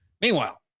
Meanwhile